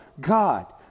God